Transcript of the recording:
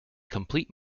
complete